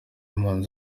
impunzi